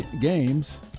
games